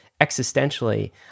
existentially